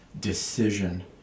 decision